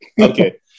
Okay